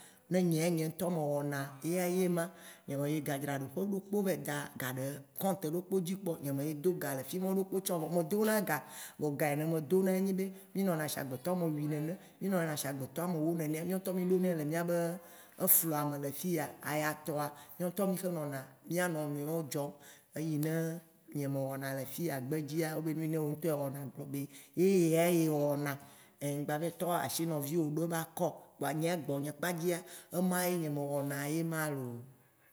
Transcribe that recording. Ne nyea nye ŋtɔ me wɔna, eya ye ma, nye meyi gadzraɖoƒe ɖokpo va yi da ga ɖe Compt ɖokpo dzi kpɔ, nye me yi do ga le fimɔwo ɖokpo tsã o. Vɔa me dona ga, vɔ ga yi ne me dona ye nye be, mì nɔna sie agbetɔ ame wui nene, mì nɔna sie agbetɔ ame wo nene, mìɔ ŋtɔ mì ɖonɛ le mìabe flua me le fiya ayatɔa, mìɔŋtɔ mì xe nɔna mìa nɔnɔewo dzɔm. Eyi ne nye me wɔna le fiya gbedzia, wobe nu yi ne wo ŋtɔ ewɔna, gblɔ be ye yea ye wɔna. Ŋgba va yi tɔ asi nɔviwo ɖe ba kɔ. Kpoa nye ya gbɔnye kladzia, ema ye me wɔna ye ma loo.